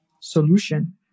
solution